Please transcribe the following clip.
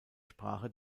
sprache